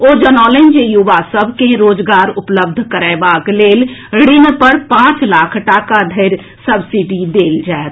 ओ जनौलनि जे युवा सभ के रोजगार उपलब्ध करएबाक लेल ऋण पर पांच लाख टाका धरि सब्सिडी देल जाएत